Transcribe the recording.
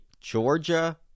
Georgia